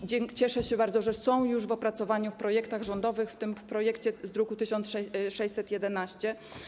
I cieszę się bardzo, że są już w opracowaniu, w projektach rządowych, w tym projekcie z druku nr 1611.